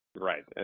Right